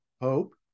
hope